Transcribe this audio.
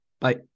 Bye